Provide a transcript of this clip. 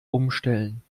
umstellen